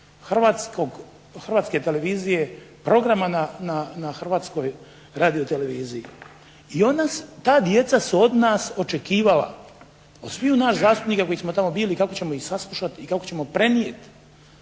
Hrvatske televizije, programa na Hrvatskoj radioteleviziji i od nas, ta djeca su od nas očekivala, od sviju nas zastupnika koji smo tamo bili i kako ćemo ih saslušati i kako ćemo prenijeti